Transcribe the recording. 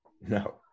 No